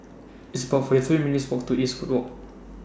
It's about forty three minutes' Walk to Eastwood Walk